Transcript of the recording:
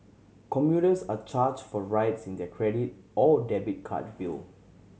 commuters are charged for rides in their credit or debit card bill